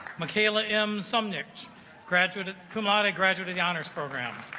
michaela m sumner graduated kumada graduated honors program